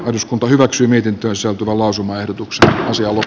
eduskunta hyväksyi mietintönsä tuvan lausumaehdotuksen osia ovat